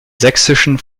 sächsischen